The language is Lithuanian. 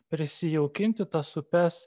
prisijaukinti tas upes